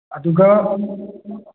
ꯑꯗꯨꯒ